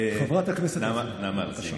תבוא, תגור בעוטף, חבריי, נא להיות בשקט.